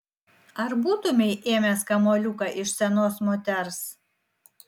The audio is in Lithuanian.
ar būtumei ėmęs kamuoliuką iš senos moters